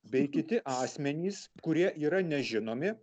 bei kiti asmenys kurie yra nežinomi